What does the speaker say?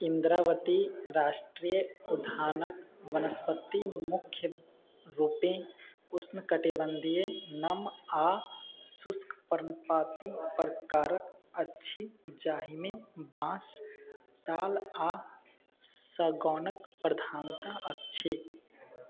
इन्द्रावती राष्ट्रीय उद्यानक वनस्पति मुख्य रूपे उष्णकटिबंधीय नम आ शुष्क पर्णपाती प्रकारक अछि जाहिमे बाँस साल आ सागौनक प्रधानता अछि